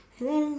and then